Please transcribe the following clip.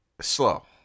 slow